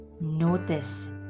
Notice